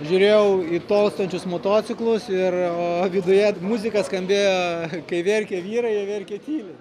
žiūrėjau į tolstančius motociklus ir o viduje muzika skambėjo kai verkia vyrai jie verkia tyliai